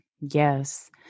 Yes